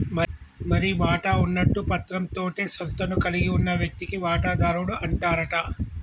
మరి వాటా ఉన్నట్టు పత్రం తోటే సంస్థను కలిగి ఉన్న వ్యక్తిని వాటాదారుడు అంటారట